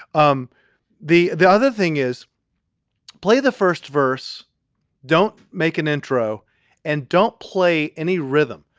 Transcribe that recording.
um the the other thing is play the first verse don't make an intro and don't play any rhythm.